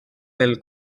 pel